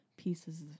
Pieces